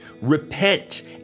repent